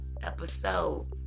episode